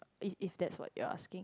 if it's that's what you're asking